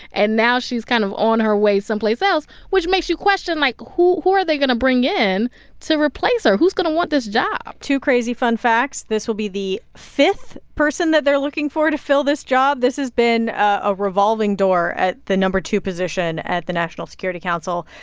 and now she's kind of on her way someplace else, which makes you question, like, who who are they going to bring in to replace her? who's going to want this job? two crazy fun facts this will be the fifth person that they're looking for to fill this job. this has been a revolving door, the no. two position at the national security council.